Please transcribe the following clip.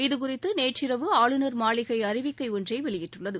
இதுகுறித்து நேற்றிரவு ஆளுநர் மாளிகை அறிவிக்கை ஒன்றை வெளியிட்டுள்ளது